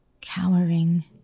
Cowering